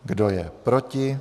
Kdo je proti?